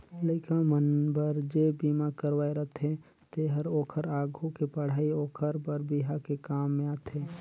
लइका मन बर जे बिमा करवाये रथें तेहर ओखर आघु के पढ़ई ओखर बर बिहा के काम में आथे